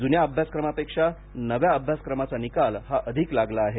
जुन्या अभ्यासक्रमापेक्षा नव्या अभ्यासक्रमाचा निकाल हा अधिक लागला आहे